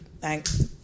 thanks